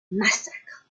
massacre